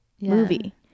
movie